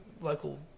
local